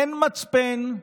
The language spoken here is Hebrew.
אין מצפן,